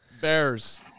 Bears